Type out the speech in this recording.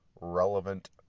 relevant